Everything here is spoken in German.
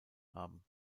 haben